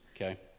Okay